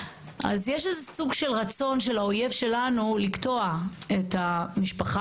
אז יש איזה שהוא סוג של רצון של האויב שלנו לקטוע את המשפחה,